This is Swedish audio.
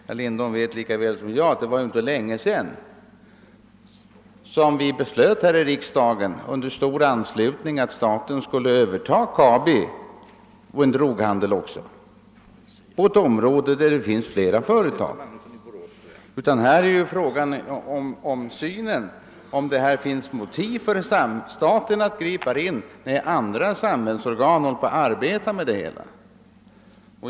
Herr Lindholm vet lika väl som jag att det inte var länge sedan som vi här i riksdagen under stor anslutning beslöt att staten skulle överta KABI och även en droghandel trots att det på detta område finns flera företag. Här är frågan om det finns motiv för staten att gripa in, när andra samhällsorgan arbetar med det hela.